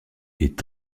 est